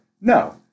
No